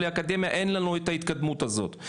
בלי האקדמיה אין לנו את ההתקדמות הזאת,